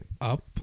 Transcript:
up